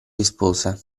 rispose